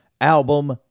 album